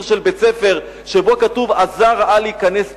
של בית-ספר כתוב "הזר אל ייכנס פנימה".